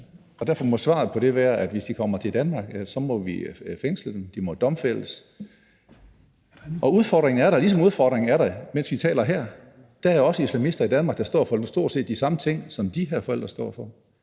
og derfor må svaret på det være, at hvis de kommer til Danmark, må vi fængsle dem, og de må domfældes. Udfordringen er der, ligesom udfordringen er der, mens vi taler her. Der er også islamister i Danmark, der står for stort set de samme ting, som de her forældre står for.